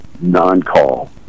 non-call